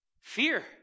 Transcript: Fear